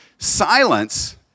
Silence